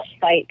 fight